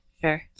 Sure